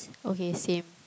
okay same